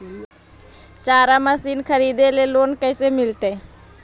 चारा मशिन खरीदे ल लोन कैसे मिलतै?